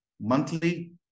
monthly